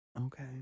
Okay